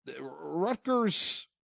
Rutgers –